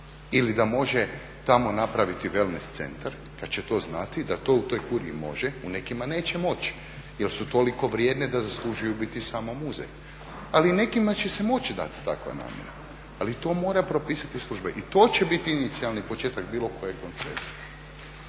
ili da može tamo napraviti wellnes centar, kad će to znati, da to u toj kuriji može, u nekima neće moći, jel su toliko vrijedne da zaslužuju biti samo muzej. Ali nekima će se moći dati takva namjera, ali to moraju propisati službe i to će biti inicijalni početak bilo koje koncesije.